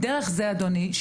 דרך זה אדוני,